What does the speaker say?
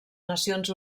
nacions